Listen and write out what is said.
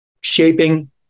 shaping